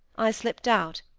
i slipped out,